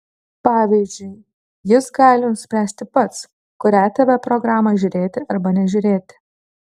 pavyzdžiui jis gali nuspręsti pats kurią tv programą žiūrėti arba nežiūrėti